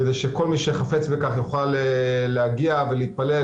כדי שכל מי שחפץ בכך יוכל להגיע ולהתפלל,